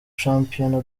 shampiyona